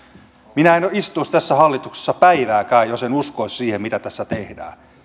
minä en istuisi tässä hallituksessa päivääkään jos en uskoisi siihen mitä tässä tehdään